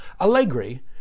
Allegri